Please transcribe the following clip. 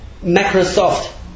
Microsoft